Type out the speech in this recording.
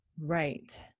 Right